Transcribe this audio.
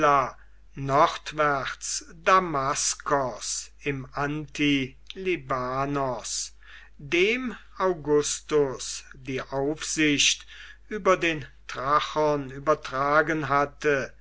nordwärts damaskos im antilibanos dem augustus die aufsicht über den trachon übertragen hatte